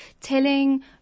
Telling